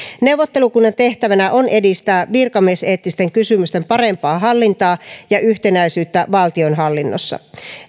neuvottelukunnan tehtävänä on edistää virkamieseettisten kysymysten parempaa hallintaa ja yhtenäisyyttä valtionhallinnossa